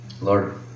Lord